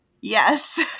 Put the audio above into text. yes